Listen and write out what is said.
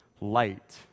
light